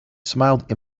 smiled